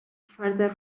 further